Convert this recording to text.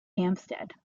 hampstead